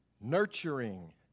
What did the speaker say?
Nurturing